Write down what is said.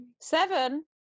seven